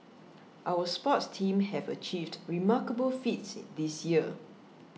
our sports teams have achieved remarkable feats this year